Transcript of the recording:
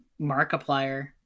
markiplier